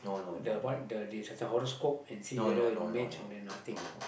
the one the this there's a horoscope and see whether it match or then nothing lah